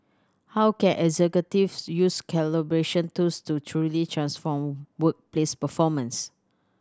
how can executives use collaboration tools to truly transform workplace performance